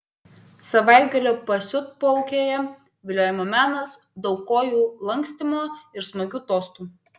savaitgalio pasiutpolkėje viliojimo menas daug kojų lankstymo ir smagių tostų